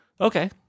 okay